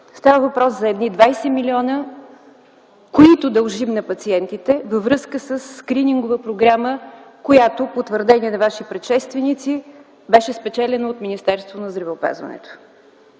Става въпрос за едни 20 млн. лв., които дължим на пациентите във връзка със скринингова програма, която по твърдение на Ваши предшественици беше спечелена от Министерството на здравеопазването.